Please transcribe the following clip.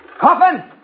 Coffin